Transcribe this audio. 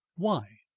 why?